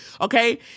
Okay